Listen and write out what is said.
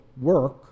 work